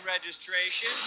registration